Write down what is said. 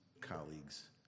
colleagues